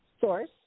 Source